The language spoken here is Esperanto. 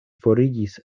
forigis